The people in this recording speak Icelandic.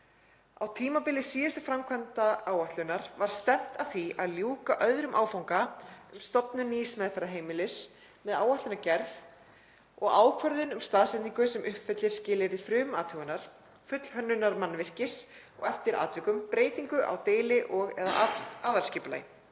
Á tímabili síðustu framkvæmdaáætlunar var stefnt að því að ljúka öðrum áfanga í stofnun nýs meðferðarheimilis með áætlanagerð og ákvörðun um staðsetningu sem uppfyllir skilyrði frumathugunar, fullhönnunar mannvirkis og eftir atvikum breytingar á deili- og/eða aðalskipulagi.